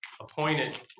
appointed